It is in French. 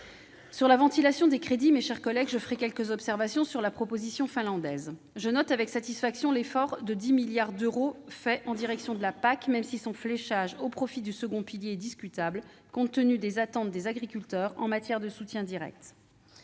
de la ventilation des crédits, mes chers collègues, je ferai quelques observations sur la proposition finlandaise. Je note avec satisfaction l'effort de 10 milliards d'euros consenti au bénéfice de la politique agricole commune (PAC), même si son fléchage au profit du second pilier est discutable, compte tenu des attentes des agriculteurs en matière de soutiens directs.